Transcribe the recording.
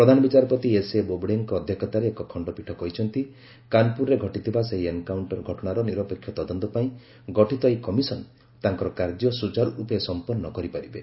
ପ୍ରଧାନବିଚାରପତି ଏସ୍ଏ ବୋବ୍ଡେଙ୍କ ଅଧ୍ୟକ୍ଷତାରେ ଏକ ଖଣ୍ଡପୀଠ କହିଛନ୍ତି କାନପୁରରେ ଘଟିଥିବା ସେହି ଏନକାଉଣ୍ଟର ଘଟଣାର ନିରପେକ୍ଷ ତଦନ୍ତ ପାଇଁ ଗଠିତ ଏହି କମିଶନ ତାଙ୍କର କାର୍ଯ୍ୟ ସୂଚାରୁ ରୂପେ ସଂପନ୍ନ କରିପାରିବେ